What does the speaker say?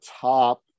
top